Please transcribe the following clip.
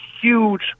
huge